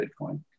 Bitcoin